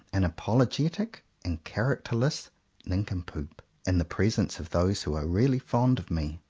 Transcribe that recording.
an apologetic and character less nincompoop, in the presence of those who are really fond of me.